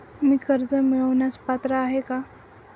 मी कर्ज मिळवण्यास पात्र आहे का?